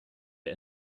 der